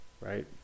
right